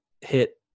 hit